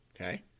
Okay